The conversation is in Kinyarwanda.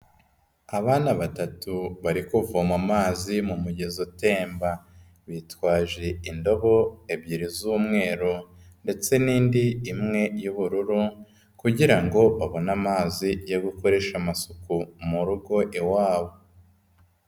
Abana batatu bari kuvoma amazi mu mugezi utemba. Bitwaje indobo ebyiri z'umweru ndetse n'indi imwe y'ubururu kugira ngo babone amazi yo gukoresha amasupu mu rugo iwabo.